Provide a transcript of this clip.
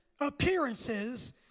appearances